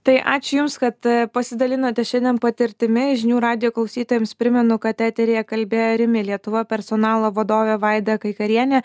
tai ačiū jums kad pasidalinote šiandien patirtimi žinių radijo klausytojams primenu kad eteryje kalbėjo rimi lietuva personalo vadovė vaida kaikarienė